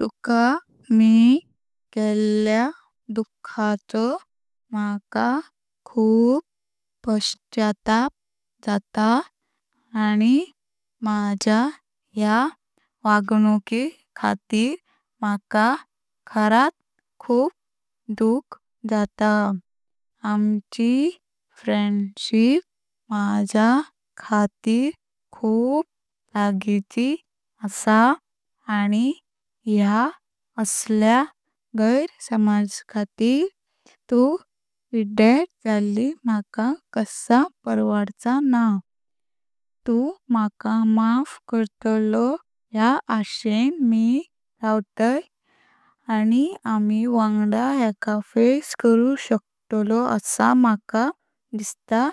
तुक मि केल्या दुःखचो मका खूब पश्चाताप जाता आनी मज्या ह्या वांग्णुकी खातीर मका खरात खूब दुख जाता। आमची फ्रेंडशिप मज्या खातीर खूब लागीची असा आनी ह्या असल्या गैरसमजाखातीर ती पिड्यार जाल्ली मका कसा परवडचा ना। तु मका माफ करतलो ह्या आषणें मि रावतां आनी आमी वांगडा ह्येका फेस करू शकतलो असा मका दिसता।